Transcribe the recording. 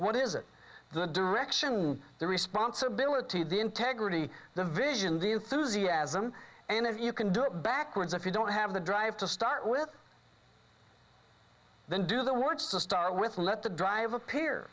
what is it the direction the responsibility the integrity the vision deal through z asm and if you can do it backwards if you don't have the drive to start with then do the words to start with let the dr appear